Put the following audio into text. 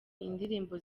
indirimbo